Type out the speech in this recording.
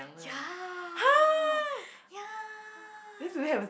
ya ya